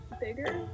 bigger